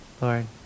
Lord